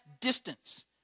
distance